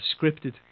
scripted